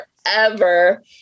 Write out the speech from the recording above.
forever